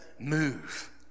move